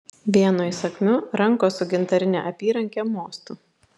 vienu įsakmiu rankos su gintarine apyranke mostu